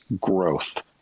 growth